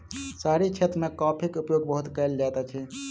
शहरी क्षेत्र मे कॉफ़ीक उपयोग बहुत कयल जाइत अछि